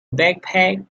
backpack